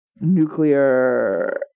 nuclear